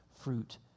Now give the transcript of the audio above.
fruit